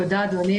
תודה, אדוני.